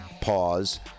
pause